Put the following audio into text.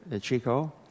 Chico